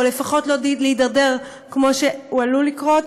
או לפחות לא להידרדר כמו שזה עלול לקרות.